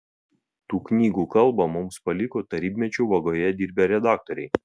tų knygų kalbą mums paliko tarybmečiu vagoje dirbę redaktoriai